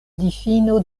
difino